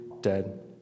dead